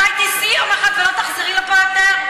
אולי תיסעי יום אחד ולא תחזרי לפה יותר?